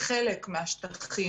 בחלק מהשטחים